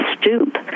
stoop